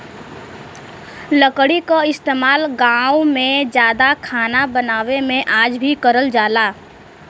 लकड़ी क इस्तेमाल गांव में जादा खाना बनावे में आज भी करल जाला